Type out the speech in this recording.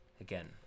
again